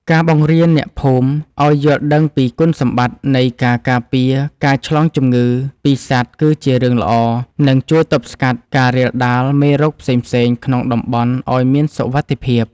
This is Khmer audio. ការបង្រៀនអ្នកភូមិឱ្យយល់ដឹងពីគុណសម្បត្តិនៃការការពារការឆ្លងជំងឺពីសត្វគឺជារឿងល្អ និង ជួយទប់ស្កាត់ការរាលដាលមេរោគផ្សេងៗក្នុងតំបន់ឱ្យមានសុវត្ថិភាព។